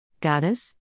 Goddess